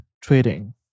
trading